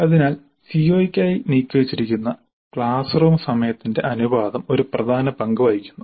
അതിനാൽ സിഒയ്ക്കായി നീക്കിവച്ചിരിക്കുന്ന ക്ലാസ് റൂം സമയത്തിന്റെ അനുപാതം ഒരു പ്രധാന പങ്ക് വഹിക്കുന്നു